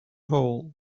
hole